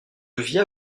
via